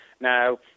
Now